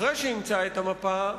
אחרי שאימצה את המפה,